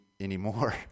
anymore